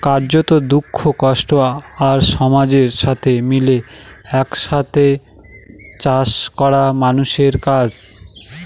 কার্যত, দুঃখ, কষ্ট আর সমাজের সাথে মিলে এক সাথে চাষ করা মানুষের কাজ